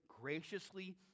graciously